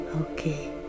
okay